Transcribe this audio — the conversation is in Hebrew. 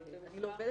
אני לא עובדת,